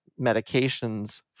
medications